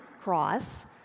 cross